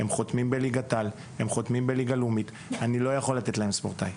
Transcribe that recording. חותמים בליגת העל ולאומית ואני לא יכול לתת להם מעמד ספורטאי.